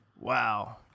Wow